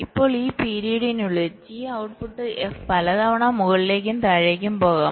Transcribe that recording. ഇപ്പോൾ ഈ പീരീഡ്നുള്ളിൽ T ഔട്ട്പുട്ട് f പലതവണ മുകളിലേക്കും താഴേക്കും പോകാം